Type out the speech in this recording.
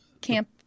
camp